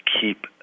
keep –